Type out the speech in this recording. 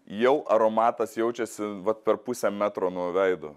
jau aromatas jaučiasi vat per pusę metro nuo veido